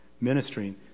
ministering